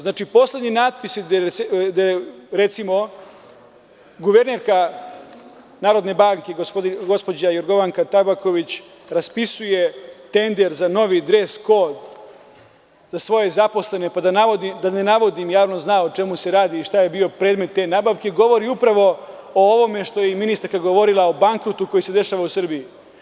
Znači, poslednji natpisi, gde, recimo, guvernerka Narodne banke, gospođa Jorgovanka Tabaković, raspisuje tender za novi dres-kod za svoje zaposlene, pa da ne navodim, javnost zna o čemu se radi i šta je bio predmet te nabavke, govore upravo o ovome što je i ministarka govorila, o bankrotu koji se dešava u Srbiji.